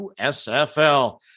USFL